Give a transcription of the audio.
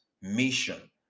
mission